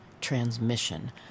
transmission